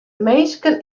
minsken